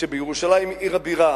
כשבירושלים עיר הבירה